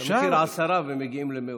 שאתה מתיר עשרה, ומגיעים למאות.